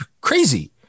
crazy